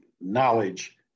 knowledge